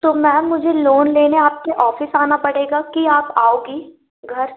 तो मैम मुझे लोन लेने आपके ऑफ़िस आना पड़ेगा कि आप आओगी घर